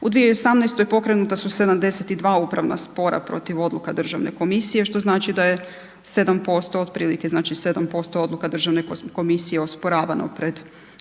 U 2017. pokrenuta su 72 upravna spora protiv odluka državne komisije, što znači da je 7% otprilike, znači 7% odluka državne komisije osporavano pred upravnim